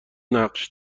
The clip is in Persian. نقش